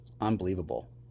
unbelievable